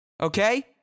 okay